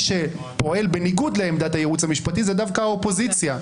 שפועל בניגוד לעמדת הייעוץ המשפטי זאת דווקא האופוזיציה.